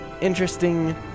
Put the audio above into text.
interesting